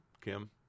Kim